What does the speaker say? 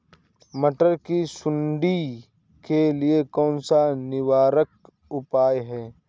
मटर की सुंडी के लिए कौन सा निवारक उपाय है?